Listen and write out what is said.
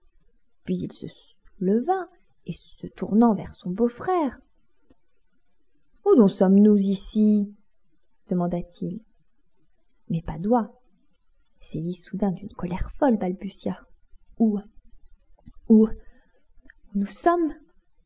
puis il se leva et se tournant vers son beau-frère où donc sommes-nous ici demanda-t-il mais padoie saisi soudain d'une colère folle balbutia où où où nous sommes